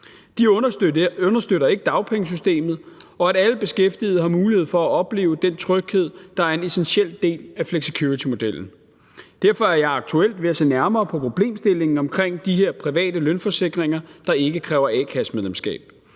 De understøtter ikke dagpengesystemet, og at alle beskæftigede har mulighed for at opleve den tryghed, der er en essentiel del af flexicuritymodellen. Derfor er jeg aktuelt ved at se nærmere på problemstillingen omkring de her private lønforsikringer, der ikke kræver a-kassemedlemskab.